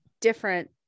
different